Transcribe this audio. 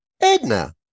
Edna